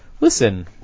listen